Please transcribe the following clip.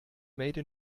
made